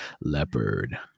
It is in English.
Leopard